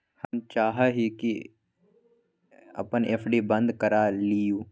हम चाहई छी कि अपन एफ.डी बंद करा लिउ